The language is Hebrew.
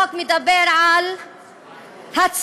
החוק מדבר על הצללה.